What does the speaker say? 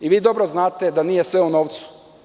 Vi dobro znate da nije sve u novcu.